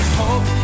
hope